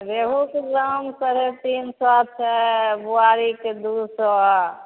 रेहुके दाम साढ़े तीन सए छै बोआरीके दू सए